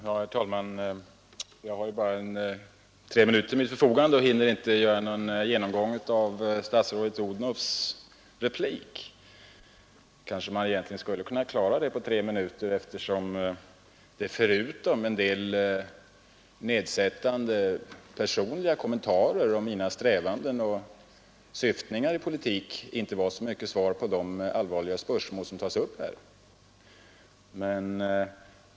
Herr talman! Jag har bara tre minuter till mitt förfogande och hinner inte göra någon genomgång av statsrådet Odhnoffs replik. Egentligen skulle man kanske kunna klara det på tre minuter, eftersom den — förutom en del nedsättande personliga kommentarer om mina strävanden och syftningar i politiken — inte gav så värst mycket svar på de allvarliga spörsmål som tas upp i interpellationen.